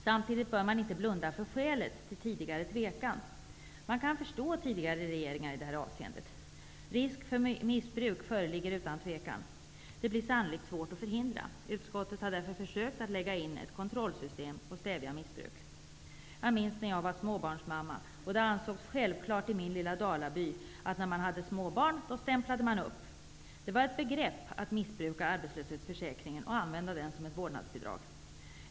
Samtidigt bör man inte blunda för skälet till tidigare tvekan. Man kan förstå tidigare regeringar i detta avseende. Risk för missbruk föreligger utan tvekan. Det blir sannolikt svårt att förhindra. Utskottet har därför försökt att lägga in ett kontrollsystem för att stävja missbruk. Jag minns när jag var småbarnsmamma. Det ansågs då självklart i min lilla dalaby att man stämplade upp när man hade småbarn. Det var ett begrepp att missbruka arbetslöshetsförsäkringen och att använda den som ett vårdnadsbidrag.